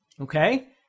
Okay